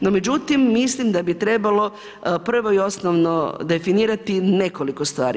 No, međutim, mislim da bi trebalo prvo i osnovno definirati nekoliko stvari.